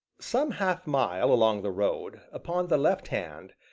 some half-mile along the road, upon the left hand,